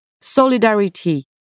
Solidarity